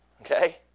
Okay